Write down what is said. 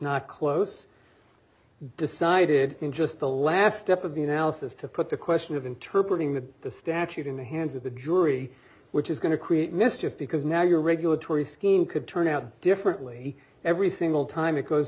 not close decided in just the last step of the analysis to put the question of interpret in that the statute in the hands of the jury which is going to create mischief because now your regulatory scheme could turn out differently every single time it goes